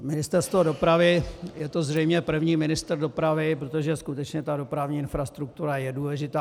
Ministerstvo dopravy, je to zřejmě první ministr dopravy, protože skutečně dopravní infrastruktura je důležitá.